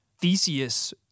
Theseus